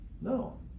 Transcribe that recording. No